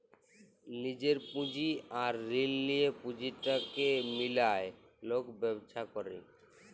লিজের পুঁজি আর ঋল লিঁয়ে পুঁজিটাকে মিলায় লক ব্যবছা ক্যরে